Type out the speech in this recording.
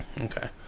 Okay